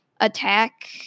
attack